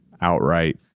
outright